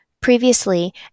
Previously